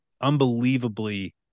unbelievably